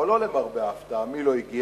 או לא למרבה ההפתעה, מי לא הגיע?